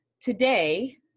Today